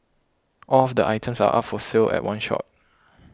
all of the items are up for sale at one shot